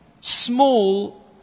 small